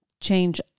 change